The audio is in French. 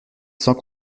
sans